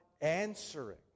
answering